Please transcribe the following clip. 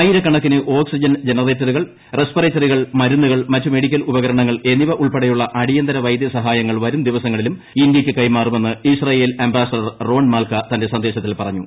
ആയിരക്കണക്കിന് ഓക്സ്ിജൻ ജനറേറ്ററുകൾ റെസ്പിറേറ്ററുകൾ മരുന്നുകൾ മറ്റ് മെഡിക്കൽ ഉപകരണങ്ങൾ എന്നിവ ഉൾപ്പെടെയുള്ള അടിയന്തര വൈദ്യ സഹായങ്ങൾ വരുംദിവസങ്ങളിലും ഇന്ത്യക്ക് കൈമാറുമെന്ന് ഇസ്രയേൽ അംബാസഡർ റോൺമാൽക്ക തന്റെ സന്ദേശത്തിൽ പറഞ്ഞു